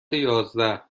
یازده